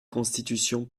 constitution